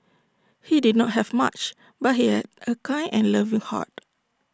he did not have much but he had A kind and loving heart